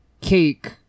cake